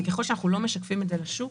וככל שאנחנו לא משקפים את זה לשוק